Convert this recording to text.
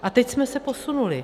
A teď jsme se posunuli.